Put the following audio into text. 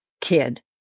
kid